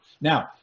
Now